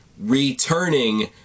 returning